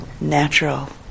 natural